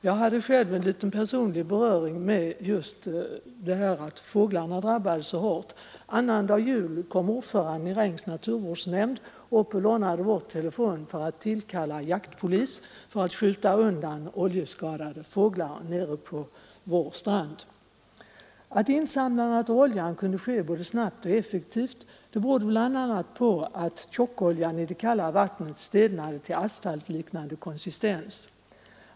Jag hade själv personlig beröring med det förhållandet att fåglarna drabbades. På annandag jul kom ordföranden i Rengs naturvårdsnämnd och lånade vår telefon för att tillkalla jaktpolis, som skulle skjuta undan oljeskadade fåglar nere på vår strand. Att insamlandet av oljan kunde ske både snabbt och effektivt berodde bl.a. på att tjockoljan i det kalla vattnet stelnade till asfaltliknande konsistens.